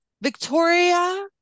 victoria